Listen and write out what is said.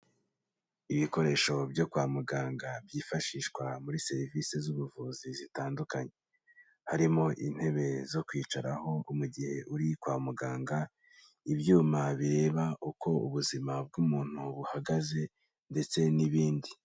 Ibikoresho byo kwa muganga byifashishwa muri serivisi z'ubuvuzi zitandukanye. Harimo intebe zo kwicaraho mu gihe uri kwa muganga, ibyuma bireba uko ubuzima bw'umuntu buhagaze ndetse n'ibindi.